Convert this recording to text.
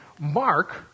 Mark